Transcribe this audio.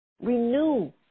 Renew